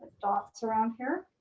dots around here.